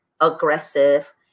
aggressive